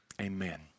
Amen